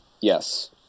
Yes